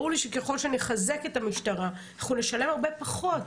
ברור לי שככל שנחזק את המשטרה אנחנו נשלם הרבה פחות.